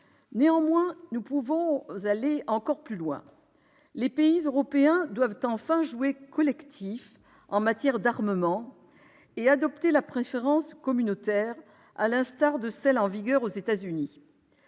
Néanmoins, nous pouvons aller encore plus loin. Les pays européens doivent enfin jouer collectif en matière d'armement et adopter la préférence communautaire, à l'instar de celle qui est en vigueur aux États-Unis